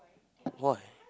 why